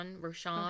Roshan